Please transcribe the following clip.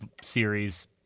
series